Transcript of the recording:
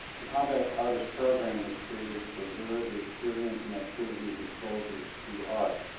the combat artist program was created to preserve the experience and activities of soldiers through art.